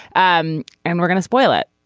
um and we're going to spoil it.